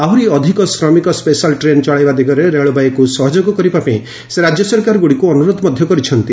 ଆହୁରି ଅଧିକ ଶ୍ରମିକ ସେଶାଲ୍ ଟ୍ରେନ୍ ଚଳାଇବା ଦିଗରେ ରେଳବାଇକୁ ସହଯୋଗ କରିବା ପାଇଁ ସେ ରାଜ୍ୟ ସରକାରଗୁଡ଼ିକୁ ଅନୁରୋଧ କରିଛନ୍ତି